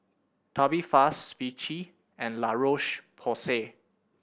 Tubifast Vichy and La Roche Porsay